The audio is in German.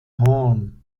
horn